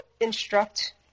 instruct